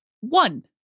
one